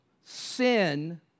sin